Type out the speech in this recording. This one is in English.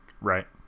right